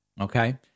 Okay